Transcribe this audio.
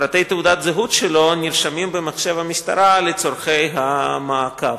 פרטי תעודת הזהות שלו נרשמים במחשב המשטרה לצורכי המעקב,